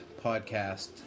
podcast